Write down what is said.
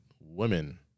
women